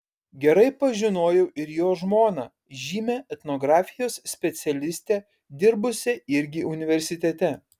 gerai pažinojau ir jo žmoną žymią etnografijos specialistę dirbusią irgi universitete